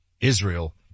Israel